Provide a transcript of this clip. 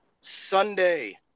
Sunday